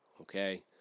okay